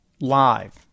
live